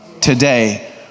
today